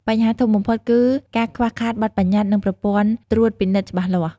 បញ្ហាធំបំផុតគឺការខ្វះខាតបទប្បញ្ញត្តិនិងប្រព័ន្ធត្រួតពិនិត្យច្បាស់លាស់។